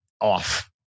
off